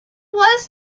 was